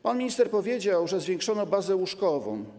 Pan minister powiedział, że zwiększono bazę łóżkową.